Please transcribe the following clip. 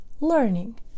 learning